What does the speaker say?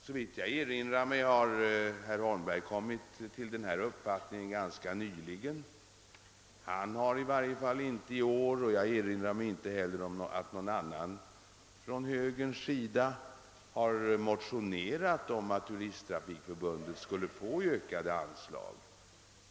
Såvitt jag kan erinra mig har herr Holmberg nyligen kommit till denna uppfattning. Han har i varje fall inte i år motionerat — och jag kan inte heller påminna mig att någon annan från moderata samlingspartiet gjort det — om att Turisttrafikförbundet skulle få ökade anslag.